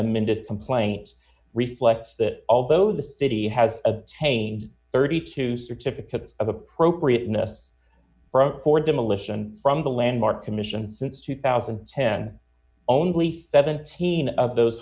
amended complaint reflects that although the city has obtained thirty two certificates of appropriateness from for demolition from the landmark commission since two thousand and ten only seventeen of those